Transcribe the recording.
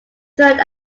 third